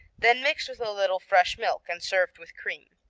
then mixed with a little fresh milk and served with cream.